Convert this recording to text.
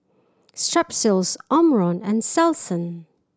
Strepsils Omron and Selsun